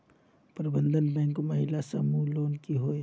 प्रबंधन बैंक महिला समूह लोन की होय?